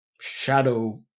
shadow